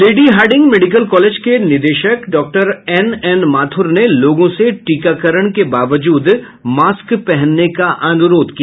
lady Hardinge medical college के निदेशक doctor NN Mathur ने लोगों से टीकाकरण के बावजूद मास्क पहनने का अनुरोध किया